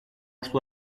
στου